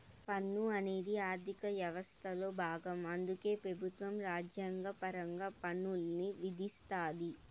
పన్ను అనేది ఆర్థిక యవస్థలో బాగం అందుకే పెబుత్వం రాజ్యాంగపరంగా పన్నుల్ని విధిస్తాది